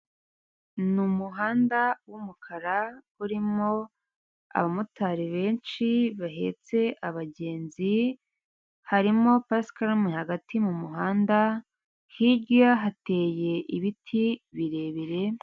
Ni umuhanda w'umukara urimo abamotari benshi bahetse abagenzi harimo pasikarumu hagati mu muhanda hirya hateye ibiti birebire.